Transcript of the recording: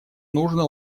нужно